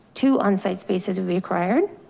two onsite spaces will be acquired.